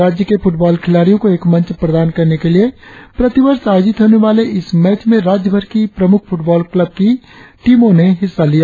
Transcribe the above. राज्य के फुटबॉल खिलाड़ियों को एक मंच प्रदान करने के लिए प्रतिवर्ष आयोजित होने वाले इस मैच में राज्यभर की प्रमुख फुटबॉल क्लब की टीमों ने हिस्सा लिया